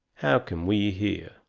how can we hear?